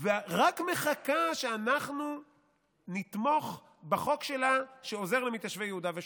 ורק מחכה שאנחנו נתמוך בחוק שלה שעוזר למתיישבי יהודה ושומרון.